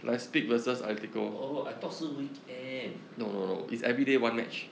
oh I thought 是 weekend